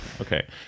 Okay